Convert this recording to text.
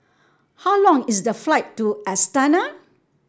how long is the flight to Astana